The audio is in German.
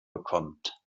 bekommt